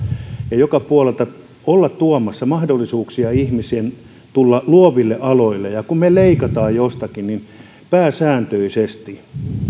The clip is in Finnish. ja joka puolelta olla tuomassa mahdollisuuksia ihmisten tulla luoville aloille kun me leikkaamme jostakin niin pääsääntöisesti